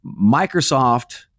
Microsoft